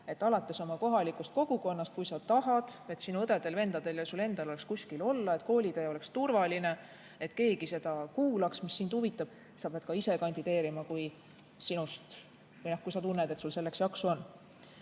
et alates oma kohalikust kogukonnast, kui sa tahad, et sinu õdedel-vendadel ja sul endal oleks kuskil olla, et koolitee oleks turvaline, et keegi seda kuulaks, mis sind huvitab, sa pead ka ise kandideerima, kui sa tunned, et sul selleks jaksu on.